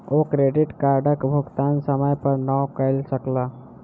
ओ credit कार्डक भुगतान समय पर नै कय सकला